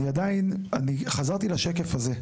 אני עדיין, חזרתי לשקף הזה.